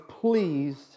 pleased